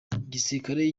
igisirikare